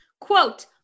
Quote